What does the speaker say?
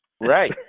Right